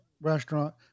restaurant